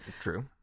True